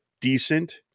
decent